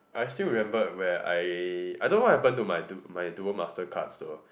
I still remembered where I I don't know what happen to my dual my dual master cards though